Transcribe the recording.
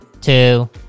two